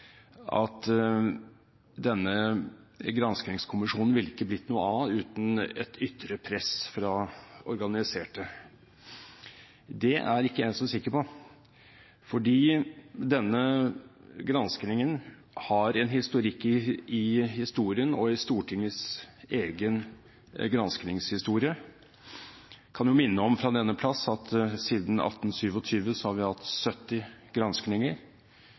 at denne granskingskommisjonen ikke ville blitt noe av uten et ytre press fra organiserte. Det er ikke jeg så sikker på, for denne granskingen har en historikk, også i Stortingets egen granskingshistorie. Jeg kan minne om fra denne plass at siden 1827 har vi hatt 70